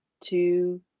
two